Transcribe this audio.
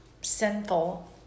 sinful